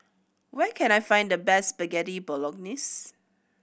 where can I find the best Spaghetti Bolognese